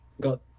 got